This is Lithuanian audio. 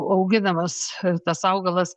auginamas tas augalas